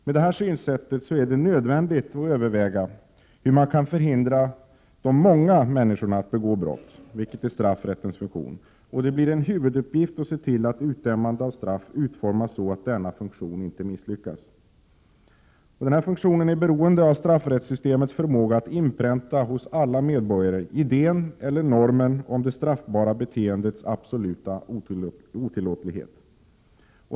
Med detta synsätt är det nödvändigt att överväga hur man kan förhindra de många människorna från att begå brott, vilket är straffrättens funktion, och det blir en huvuduppgift att se till att utdömande av straff utformas så att denna funktion inte misslyckas. Denna funktion är beroende av straffsrättssystemets förmåga att hos alla medborgare inpränta idén eller normen om det straffbara beteendets absoluta otillåtlighet.